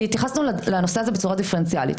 כי התייחסנו לנושא הזה בצורה דיפרנציאלית.